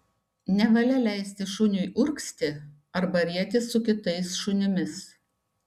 nevalia leisti šuniui urgzti arba rietis su kitais šunimis